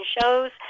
shows